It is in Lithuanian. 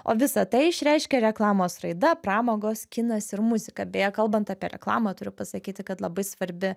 o visa tai išreiškė reklamos raida pramogos kinas ir muzika beje kalbant apie reklamą turiu pasakyti kad labai svarbi